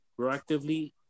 proactively